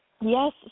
Yes